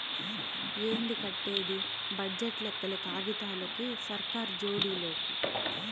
ఏంది కట్టేది బడ్జెట్ లెక్కలు కాగితాలకి, సర్కార్ జోడి లోకి